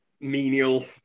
menial